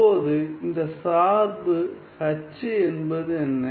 இப்போது இந்த சார்பு H என்பது என்ன